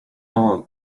all